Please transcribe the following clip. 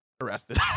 arrested